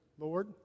Lord